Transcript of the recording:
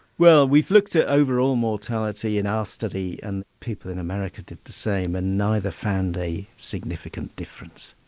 well we've looked at overall mortality in our study and people in america did the same and neither found a significant difference.